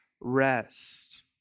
rest